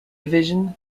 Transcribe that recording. division